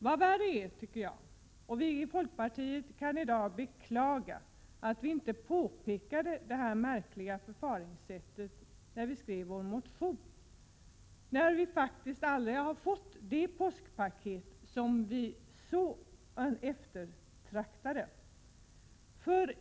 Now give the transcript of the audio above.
Vi i folkpartiet kan i dag beklaga att vi inte påpekade det märkliga förfaringssättet när vi skrev vår motion, då vi faktiskt aldrig fick det påskpaket som vi eftertraktade så mycket.